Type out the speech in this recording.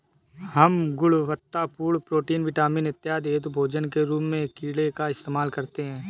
हम गुणवत्तापूर्ण protein, vitamin इत्यादि हेतु भोजन के रूप में कीड़े का इस्तेमाल करते हैं